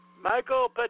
Michael